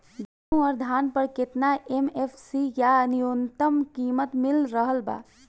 गेहूं अउर धान पर केतना एम.एफ.सी या न्यूनतम कीमत मिल रहल बा?